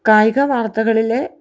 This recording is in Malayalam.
കായിക വാർത്തകളിലെ